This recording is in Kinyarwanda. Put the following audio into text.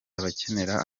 abakenera